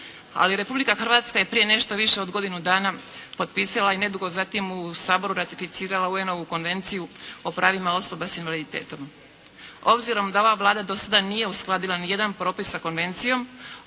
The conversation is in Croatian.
Ali Republika Hrvatska je prije nešto više od godinu dana potpisala i nedugo zatim u Saboru ratificirala UN-ovu Konvenciju o pravima osoba sa invaliditetom. Obzirom da ova Vlada do sada nije uskladila ni jedan propis sa konvencijom,